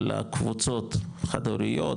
לקבוצות חד הוריות,